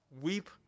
weep